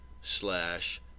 slash